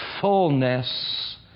fullness